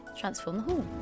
transformthehall